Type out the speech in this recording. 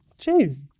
Jeez